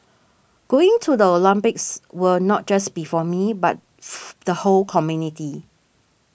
going to the Olympics will not just be for me but the whole community